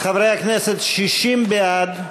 חברי הכנסת, 60 בעד,